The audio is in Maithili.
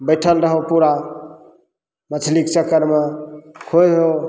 बैठल रहु पूरा मछलीके चक्करमे होइ हो